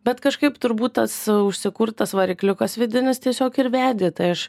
bet kažkaip turbūt tas užsikurtas varikliukas vidinis tiesiog ir vedė tai aš